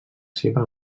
seva